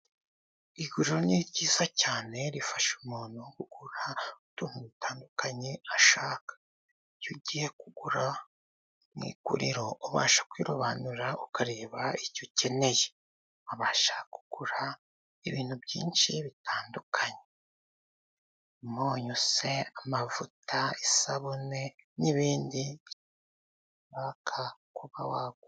Iguriro ni ryiza cyane rifasha umuntu kugura utuntu dutandukanye ashaka; iyo ugiye kugura mu iguriro ubasha kwirobanura ukareba icyo ukeneye, ubasha kugura ibintu byinshi bitandukanye umunyu se amavuta, isabune n'ibindi ushaka kuba wagura.